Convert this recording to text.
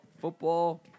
football